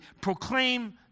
proclaim